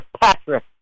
patrick